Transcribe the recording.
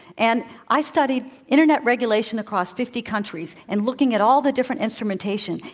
and i studied internet regulation across fifty countries and looking at all the different instrumentation.